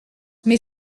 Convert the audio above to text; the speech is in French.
mais